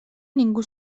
ningú